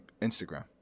Instagram